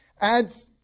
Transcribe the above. adds